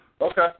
Okay